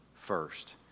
first